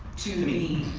to me.